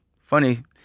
funny